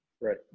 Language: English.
Right